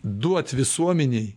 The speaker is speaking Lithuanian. duot visuomenei